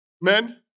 Men